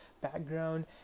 background